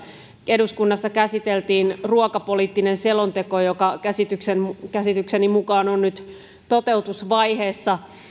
eduskunnassa käsiteltiin ruokapoliittinen selonteko joka käsitykseni mukaan on nyt toteutusvaiheessa